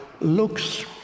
looks